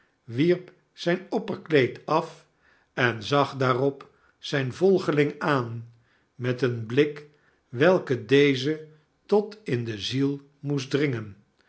wierp zijn opperkleed af en zag daarop zijn volgeling aan met een blik welke dezen tot in de ziel moest dringen